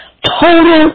total